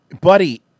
buddy